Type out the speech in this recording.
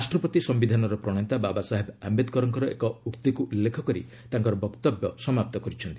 ରାଷ୍ଟ୍ରପତି ସିୟିଧାନର ପ୍ରଣେତା ବାବା ସାହେବ ଆୟେଦ୍କରଙ୍କର ଏକ ଉକ୍ତିକୁ ଉଲ୍ଲେଖ କରି ତାଙ୍କର ବକ୍ତବ୍ୟ ସମାପ୍ତ କରିଛନ୍ତି